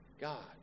God